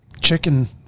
chicken